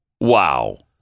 Wow